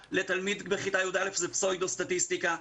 שעבור תלמיד בכיתה י"א זו פסאודו- סטטיסטיקה,